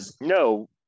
No